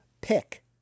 pick